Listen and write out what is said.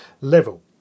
level